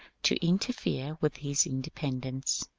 to interfere with his independence.